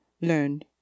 learn